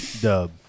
Dub